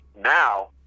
now